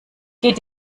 geht